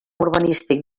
urbanístic